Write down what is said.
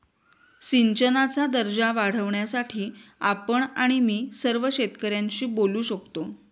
सिंचनाचा दर्जा वाढवण्यासाठी आपण आणि मी सर्व शेतकऱ्यांशी बोलू शकतो